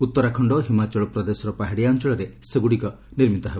ଉତ୍ତରାଖଣ୍ଡ ଓ ହିମାଚଳ ପ୍ରଦେଶର ପାହାଡ଼ିଆ ଅଞ୍ଚଳରେ ସେଗୁଡ଼ିକ ନିର୍ମିତ ହେବ